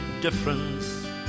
difference